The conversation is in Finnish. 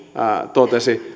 totesi